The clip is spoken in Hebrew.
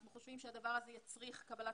אנחנו חושבים שהדבר הזה יצריך קבלת